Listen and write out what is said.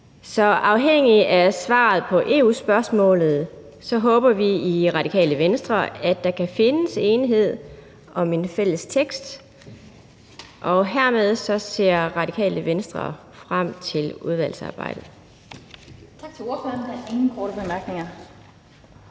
Så afhængigt af svaret på EU-spørgsmålet håber vi i Radikale Venstre at der kan findes enighed om en fælles tekst. Hermed ser Radikale Venstre frem til udvalgsarbejdet. Kl. 17:01 Den fg. formand